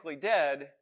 dead